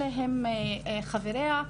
במצגת מוצגים חבריה.